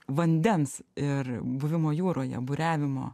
vandens ir buvimo jūroje buriavimo